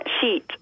sheet